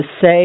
say